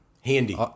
Handy